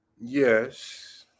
yes